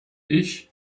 ich